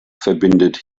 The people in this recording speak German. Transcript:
verbindet